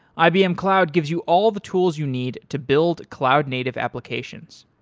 ibm cloud gives you all the tools you need to build cloud-native applications.